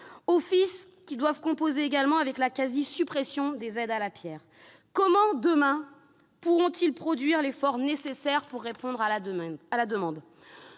offices doivent également composer avec la quasi-suppression des aides à la pierre. Comment, demain, pourront-ils produire l'effort nécessaire pour répondre à la demande ?